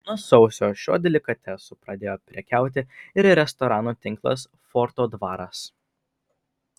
nuo sausio šiuo delikatesu pradėjo prekiauti ir restoranų tinklas forto dvaras